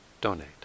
donate